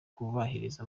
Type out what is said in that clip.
kubahiriza